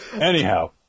Anyhow